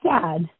sad